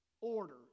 order